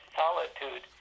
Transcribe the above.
solitude